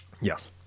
yes